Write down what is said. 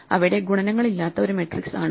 അവിടെ ഗുണനങ്ങളില്ലാത്ത ഒരു മെട്രിക്സ് ആണ്